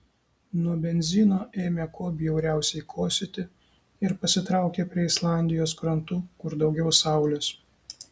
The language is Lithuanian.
nuo benzino ėmė kuo bjauriausiai kosėti ir pasitraukė prie islandijos krantų kur daugiau saulės